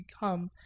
become